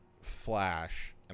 Flash